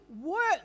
work